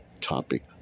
Topic